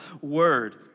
word